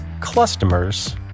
customers